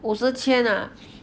五十千 ah